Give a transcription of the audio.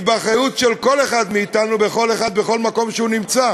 היא באחריות של כל אחד מאתנו, בכל מקום שהוא נמצא.